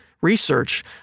research